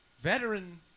veteran